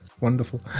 Wonderful